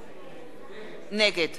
נגד גדעון עזרא,